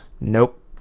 Nope